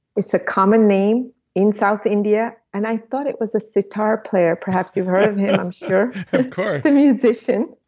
it's a common name in south india and i thought it was a sitar player, perhaps you've heard of him i'm sure of course the musician.